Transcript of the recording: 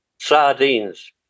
sardines